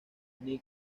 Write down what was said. new